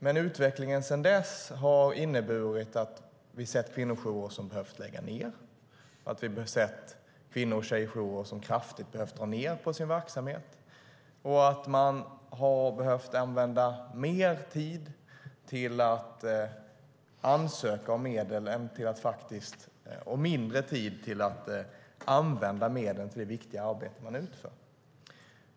Men utvecklingen sedan dess har inneburit att vi har sett kvinnojourer som behövt lägga ned, att vi har sett kvinno och tjejjourer som kraftigt behövt dra ned på sin verksamhet och att man har behövt använda mer tid till att ansöka om medel och mindre tid till att använda medlen till det viktiga arbete man utför.